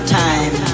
time